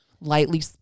lightly